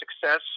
success